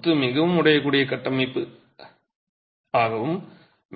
கொத்து மிகவும் உடையக்கூடிய கட்டமைப்பு அமைப்பாகவும்